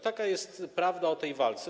Taka jest prawda o tej walce.